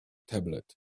tablet